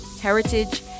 heritage